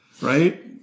right